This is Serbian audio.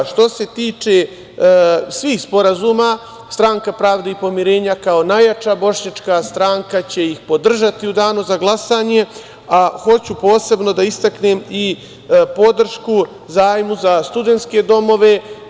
Što se tiče svih sporazuma, Stranka pravde i pomirenja kao najjača bošnjačka stranka će ih podržati u danu za glasanje, a hoću posebno da istaknem i podršku zajmu za studentske domove.